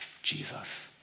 Jesus